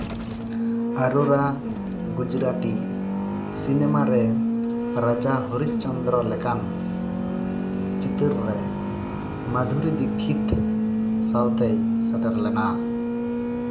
ᱟᱨᱳᱨᱟ Gujarati cinema ᱨᱮ ᱨᱟᱡᱟ ᱦᱚᱨᱤᱥ ᱪᱚᱱᱫᱨᱚ ᱞᱮᱠᱟᱱ ᱪᱤᱛᱟᱹᱨ ᱨᱮ ᱢᱟᱹᱫᱷᱩᱨᱤ ᱫᱤᱠᱠᱷᱤᱛ ᱥᱟᱶᱛᱮᱭ ᱥᱮᱴᱮᱨ ᱞᱮᱱᱟ